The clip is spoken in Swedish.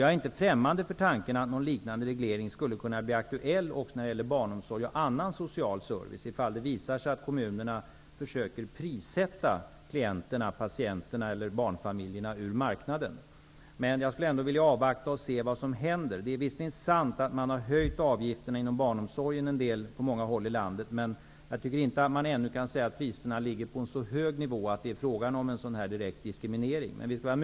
Jag är inte främmande inför tanken att en liknande reglering skulle kunna bli aktuell också när det gäller barnomsorg och annan social service, om det visar sig att kommunerna genom prissättning försöker att få bort klienter, patienter eller barnfamiljer från marknaden. Men jag vill avvakta och se vad som händer. Det är visserligen sant att avgifterna inom barnomsorgen har höjts på många håll i landet, men man kan ännu inte säga att priserna ligger på en så hög nivå att det är fråga om en direkt diskriminering av den här typen.